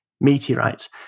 meteorites